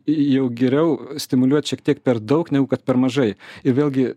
jau geriau stimuliuot šiek tiek per daug negu kad per mažai ir vėlgi